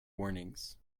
warnings